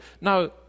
Now